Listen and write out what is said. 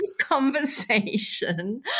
conversation